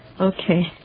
Okay